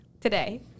today